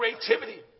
creativity